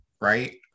right